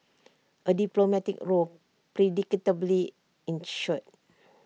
A diplomatic row predictably ensued